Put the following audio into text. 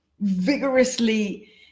vigorously